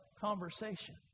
conversation